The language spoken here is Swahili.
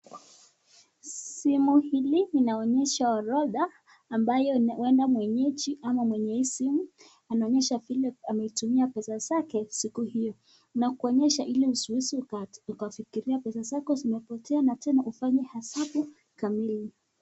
Simu hili linaonyesha orodha ambayo huenda mwenyeji ama mwenye hii simu anaonyesha vile ametumia pesa zake siku hiyo. Inakuonyesha ili usiweze ukafikiria pesa zako zimepotea na tena ufanye hesabu kamili.